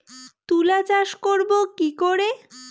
তুলা চাষ করব কি করে?